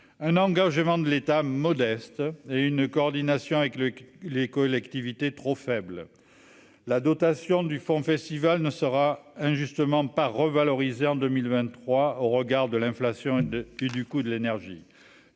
un engagement de l'État modeste et une coordination avec les collectivités trop faible, la dotation du Fonds festival ne sera injustement pas revalorisée en 2000 23 au regard de l'inflation du coût de l'énergie